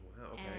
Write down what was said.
okay